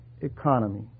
economy